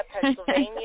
Pennsylvania